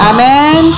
Amen